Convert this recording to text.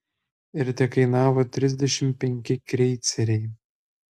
ir tekainavo trisdešimt penki kreiceriai